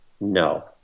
No